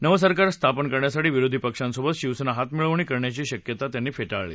नवं सरकार स्थापन करण्यासाठी विरोधी पक्षांसोबत शिवसेना हातमिळवणी करण्याची शक्यता त्यांनी फेटाळली